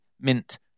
mint